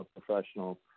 professional